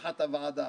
אין כמוכם.